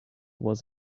was